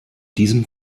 diesem